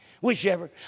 Whichever